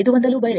7 కాబట్టి 1